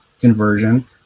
conversion